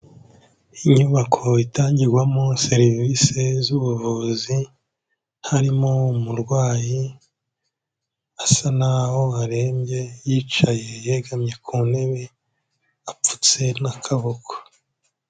Inyubako itangirwamo serivisi z'ubuvuzi, harimo umurwayi asa naho arembye, yicaye yegamye ku ntebe, apfutse n'akaboko.